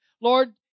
Lord